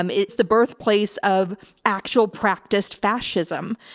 um it's the birthplace of actual practiced fascism.